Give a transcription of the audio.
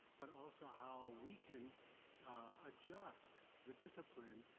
but also how we can adjust the discipline.